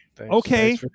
Okay